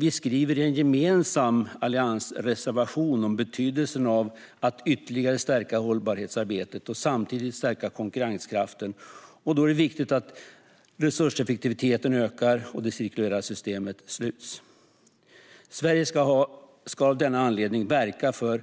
Vi skriver i en gemensam alliansreservation om betydelsen av att ytterligare stärka hållbarhetsarbetet och samtidigt stärka konkurrenskraften. Då är det viktigt att resurseffektiviteten ökar och att det cirkulära systemet sluts. Sverige ska av denna anledning verka för